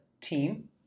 team